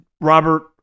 Robert